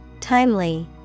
Timely